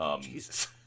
Jesus